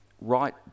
right